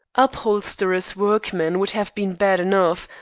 upholsterers' workmen would have been bad enough,